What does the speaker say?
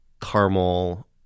caramel